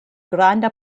granda